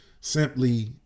simply